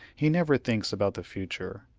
he never thinks about the future.